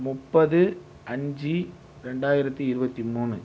முப்பது அஞ்சு ரெண்டாயிரத்தி இருபத்தி மூணு